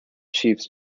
chiefs